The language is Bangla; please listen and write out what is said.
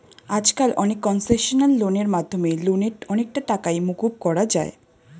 আজকাল অনেক কনসেশনাল লোনের মাধ্যমে লোনের অনেকটা টাকাই মকুব করা যায়